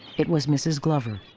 it was mrs. glover.